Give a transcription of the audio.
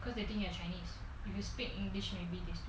cause they think you are chinese if you speak rubbish then